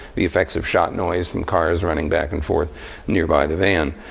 the effects of shot noise from cars running back and forth nearby the van.